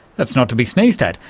that's not to be sneezed at.